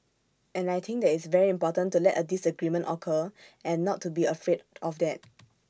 and I think that it's very important to let A disagreement occur and not to be afraid of that